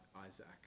Isaac